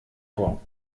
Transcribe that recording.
vor